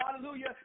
Hallelujah